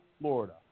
Florida